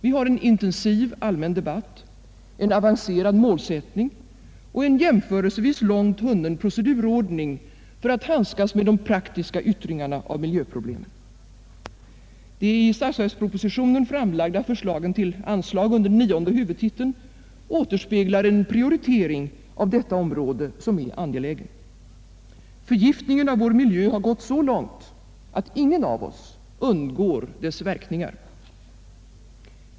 Vi har en intensiv allmän debatt, en avancerad målsättning och en jämförelsevis långt hunnen procedurordning för att handskas med de praktiska yttringarna av miljöproblemen. De i statsverkspropositionen Nr 9 framlagda förslagen till anslag under nionde huvudtiteln återspeglar en Tisdagen den angelägen prioritering av detta område. Förgiftningen av vår miljö har gått så långt att ingen av oss undgår dess verkningar.